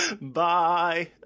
bye